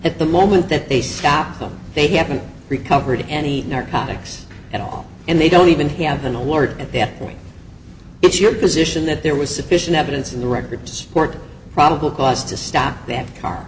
at the moment that they stopped them they haven't recovered any narcotics at all and they don't even have an award at that point it's your position that there was sufficient evidence in the record to support probable cause to stop that car